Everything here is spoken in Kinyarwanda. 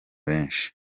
benshi